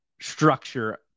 structure